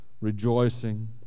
rejoicing